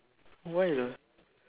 why lah